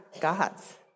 God's